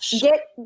Get